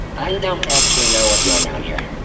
i don't actually know what's going on here.